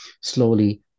slowly